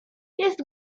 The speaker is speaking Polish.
jest